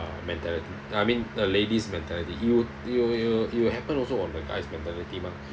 uh mentality I mean uh lady's mentality it'll it'll it'll it'll happen also on the guy's mentality mah